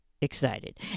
excited